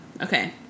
Okay